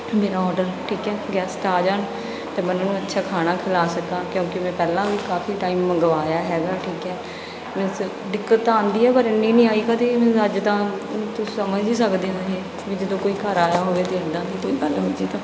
ਮੇਰਾ ਔਡਰ ਠੀਕ ਹੈ ਗੈਸਟ ਆ ਜਾਣ ਅਤੇ ਮੈਂ ਉਹਨਾਂ ਨੂੰ ਅੱਛਾ ਖਾਣਾ ਖਿਲਾ ਸਕਾਂ ਕਿਉਂਕਿ ਮੈਂ ਪਹਿਲਾਂ ਵੀ ਕਾਫ਼ੀ ਟਾਈਮ ਮੰਗਵਾਇਆ ਹੈਗਾ ਠੀਕ ਹੈ ਮੀਨਜ਼ ਦਿੱਕਤ ਤਾਂ ਆਉਂਦੀ ਹੈ ਪਰ ਐਨੀ ਨਹੀਂ ਆਈ ਕਦੇ ਮੀਨਜ਼ ਅੱਜ ਤਾਂ ਤੁਸੀਂ ਸਮਝ ਹੀ ਸਕਦੇ ਹੋ ਇਹ ਵੀ ਜਦੋਂ ਕੋਈ ਘਰ ਆਇਆ ਹੋਵੇ ਅਤੇ ਇੱਦਾਂ ਦੀ ਕੋਈ ਗੱਲ ਹੋ ਜਾਵੇ ਤਾਂ